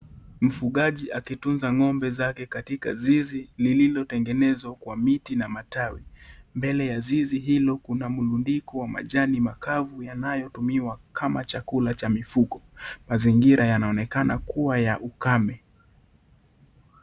Mfugaji akitunza ng'ombe zake katika zizi lililotengenezwa kwa miti na matawi mbele ya zizi hilo kuna mrundiko wa majani makavu yanayotumiwa kama chakula chamifugo mazingira yanaonekana kuwa ya ukame.